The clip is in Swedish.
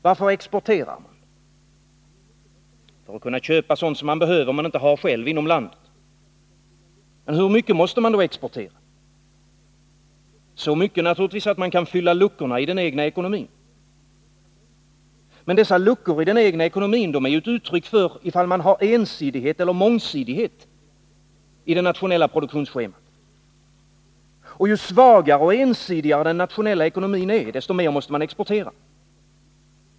Varför exporterar man? För att kunna köpa sådant man behöver men inte har inom landet. Hur mycket måste man exportera? Så mycket naturligtvis att man kan fylla luckorna i den egna ekonomin. Men luckorna i den egna ekonomin är ett uttryck för om man har ensidighet eller mångsidighet i det nationella produktionsschemat. Ju svagare och ensidigare den nationella ekonomin är, desto mer måste man exportera.